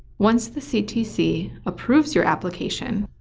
once the ctc approves your application,